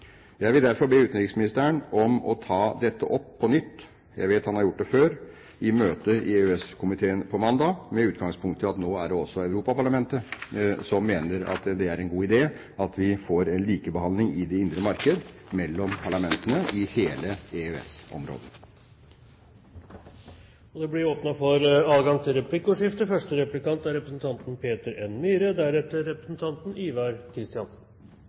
Jeg vil derfor be utenriksministeren om å ta dette opp på nytt – jeg vet han har gjort det før – i møtet i EØS-rådet på mandag, med utgangspunkt i at nå mener også Europaparlamentet at det er en god idé at vi får en likebehandling i det indre marked mellom parlamentene i hele EØS-området. Det blir replikkordskifte. Utenriksministeren nevnte på tirsdag den grenseboeravtalen som er